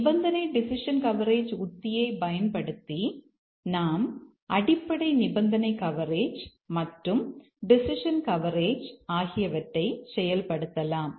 நிபந்தனை decision coverage உத்தியை பயன்படுத்தி நாம் நாங்கள் அடிப்படை நிபந்தனை கவரேஜ் மற்றும் டெசிஷன் கவரேஜ் ஆகியவற்றை செயல்படுத்தலாம்